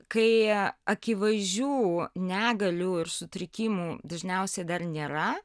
kai akivaizdžių negalių ir sutrikimų dažniausiai dar nėra